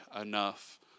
enough